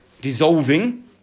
dissolving